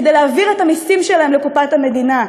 כדי להעביר את המסים שלהם לקופת המדינה,